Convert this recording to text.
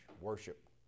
worship